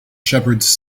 shepherds